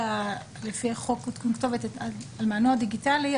לפי חוק עדכון כתובת על מענו הדיגיטלי,